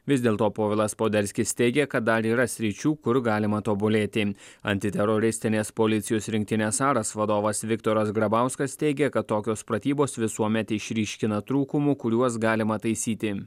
vis dėlto povilas poderskis teigė kad dar yra sričių kur galima tobulėti antiteroristinės policijos rinktinės aras vadovas viktoras grabauskas teigė kad tokios pratybos visuomet išryškina trūkumų kuriuos galima taisyti